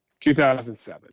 2007